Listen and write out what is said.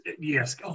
yes